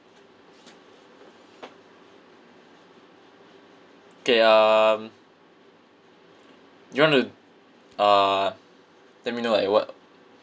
K um you want to uh let me know like what